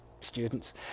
students